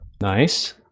Nice